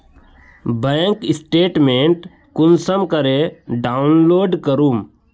Bank statement कुंसम करे download करूम?